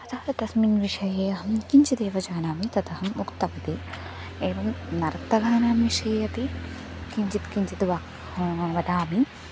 अतः तस्मिन् विषये अहं किञ्चित् एव जानामि तदहम् उक्तवती एवं नर्तकानां विषये अपि किञ्चित् किञ्चित् व वदामि